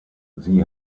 sie